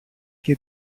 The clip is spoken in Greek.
και